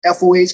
FOH